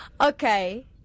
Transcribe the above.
Okay